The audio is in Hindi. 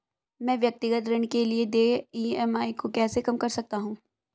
मैं व्यक्तिगत ऋण के लिए देय ई.एम.आई को कैसे कम कर सकता हूँ?